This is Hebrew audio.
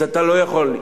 ולכן אתה לא יכול.